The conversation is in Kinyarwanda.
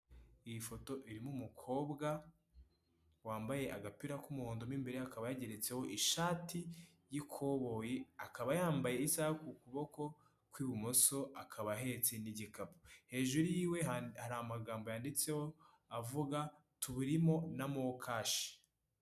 Iyi foto irimo umukobwa wambaye agapira k'umuhondo mo imbere akaba yageretseho ishati y'ikoboyi, akaba yambaye isaha ku kuboko kw'ibumoso, akaba ahetse n'igikapu. Hejuru y'iwe hari amagambo yanditseho avuga tubirimo na Mokashi.